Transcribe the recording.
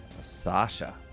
Sasha